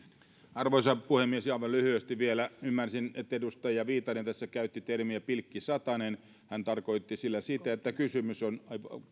arvoisa puhemies ja vain lyhyesti vielä ymmärsin että edustaja viitanen tässä käytti termiä pilkkisatanen hän tarkoitti sillä sitä että kysymys on